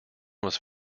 was